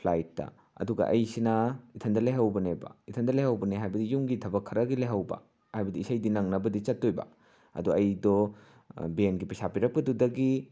ꯐ꯭ꯂꯥꯏꯠꯇ ꯑꯗꯨꯒ ꯑꯩꯁꯤꯅ ꯏꯊꯟꯗ ꯂꯩꯍꯧꯕꯅꯦꯕ ꯏꯊꯟꯗ ꯂꯩꯍꯧꯕꯅꯦ ꯍꯥꯏꯕꯗꯤ ꯌꯨꯝꯒꯤ ꯊꯕꯛ ꯈꯔꯒꯤ ꯂꯩꯍꯧꯕ ꯍꯥꯏꯕꯗꯤ ꯏꯁꯩꯗꯤ ꯅꯪꯅꯕꯗꯤ ꯆꯠꯇꯣꯏꯕ ꯑꯗꯣ ꯑꯩꯗꯣ ꯕꯦꯟꯒꯤ ꯄꯩꯁꯥ ꯄꯤꯔꯛꯄꯗꯨꯗꯒꯤ